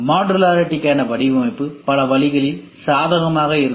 மாடுலாரிடிகான வடிவமைப்பு பல வழிகளில் சாதகமாக இருக்கும்